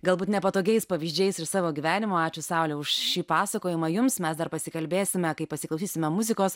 galbūt nepatogiais pavyzdžiais ir savo gyvenimo ačiū saule už šį pasakojimą jums mes dar pasikalbėsime kai pasiklausysime muzikos